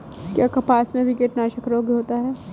क्या कपास में भी कीटनाशक रोग होता है?